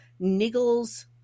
niggles